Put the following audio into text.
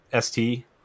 ST